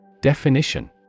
Definition